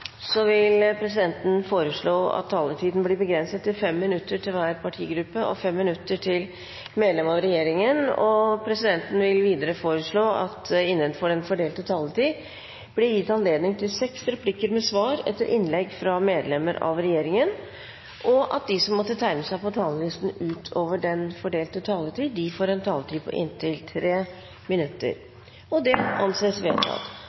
Så dette er bra. Flere har ikke bedt om ordet til sak nr. 2. Etter ønske fra kirke-, utdannings- og forskningskomiteen vil presidenten foreslå at taletiden blir begrenset til 5 minutter til hver partigruppe og 5 minutter til medlem av regjeringen. Videre vil presidenten foreslå at det gis anledning til replikkordskifte på inntil seks replikker med svar etter innlegg fra medlem av regjeringen innenfor den fordelte taletid. Videre blir det foreslått at de som måtte tegne seg på talerlisten utover